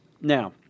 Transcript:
Now